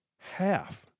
Half